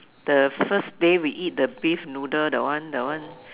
the first day we eat the beef noodle that one that one